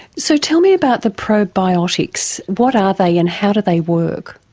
so tell me about the probiotics. what are they and how do they work?